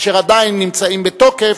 אשר עדיין נמצאים בתוקף,